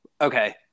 okay